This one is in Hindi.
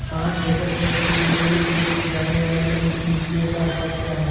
पाँच एकड़ खेत के लिए उपयोग की जाने वाली एन.पी.के का अनुपात क्या है?